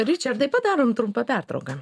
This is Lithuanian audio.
ričardai padarom trumpą pertrauką